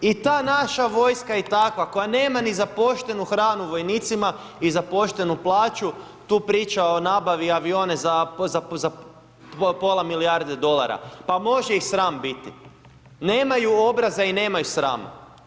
I ta naša vojska, i takva koja nema ni za poštenu hranu vojnicima, i za poštenu plaću, tu priča o nabavi avione za pola milijarde dolara, pa može ih sram biti, nemaju obraza i nemaju srama.